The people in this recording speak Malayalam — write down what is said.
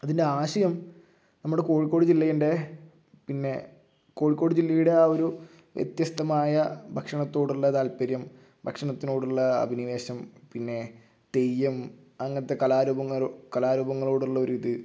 അതിൻ്റെ ആശയം നമ്മുടെ കോഴിക്കോട് ജില്ലയിൻ്റെ പിന്നെ കോഴിക്കോട് ജില്ലയുടെ ആ ഒരു വ്യത്യസ്തമായ ഭക്ഷണത്തോട് ഉള്ള താല്പര്യം ഭക്ഷണത്തിനോടുള്ള അഭിനിവേശം പിന്നെ തെയ്യം അങ്ങനത്തെ കലാരൂപ കലാരൂപങ്ങളോട് ഉള്ള ഒരു ഇത്